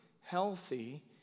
healthy